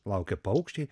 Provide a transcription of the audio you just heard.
laukia paukščiai